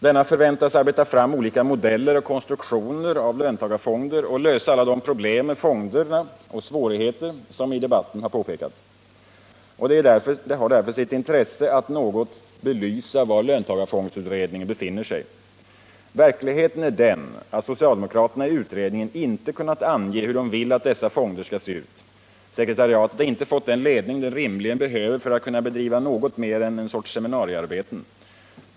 Denna förväntas arbeta fram olika modeller och konstruktioner av löntagarfonder och lösa alla de problem med fonderna och svårigheter som i debatten påpekas. Det har därför sitt intresse att något belysa var löntagarfondsutredningen befinner sig. Verkligheten är den att socialdemokraterna i utredningen inte kunnat ange hur de vill att dessa fonder skall se ut. Sekretariatet har inte fått den ledning det rimligen behöver för att kunna bedriva något mer än seminariearbeten.